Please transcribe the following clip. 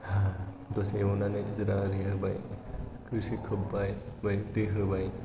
दसे एवनानै जिरा आरि होबाय दसे खोब्बाय ओमफ्राय दै होबाय